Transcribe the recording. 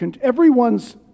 everyone's